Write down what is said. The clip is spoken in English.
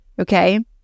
okay